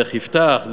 דרך יפתח,